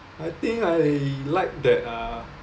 I think I like that uh